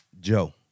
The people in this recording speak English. Joe